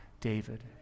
David